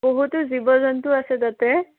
বহুতো জীৱ জন্তু আছে তাতে